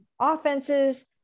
offenses